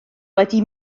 wedi